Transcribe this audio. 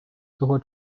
того